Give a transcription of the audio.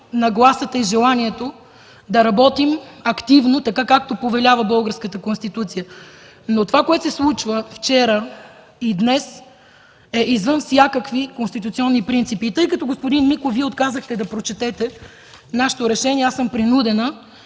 нагласата и желанието да работим активно, така както повелява българската Конституция, но това, което се случва вчера и днес, е извън всякакви конституционни принципи. Тъй като, господин Миков, Вие отказахте да прочетете нашето решение, аз съм принудена